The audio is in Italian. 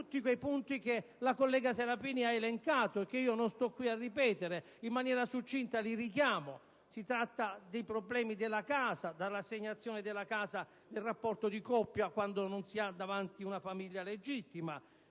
nevralgici, tutti quei temi che la collega Serafini ha elencato e che non sto qui a ripetere, ma che in maniera succinta richiamo: i problemi della casa, dell'assegnazione della casa nel rapporto di coppia quando non si ha davanti una famiglia legittima;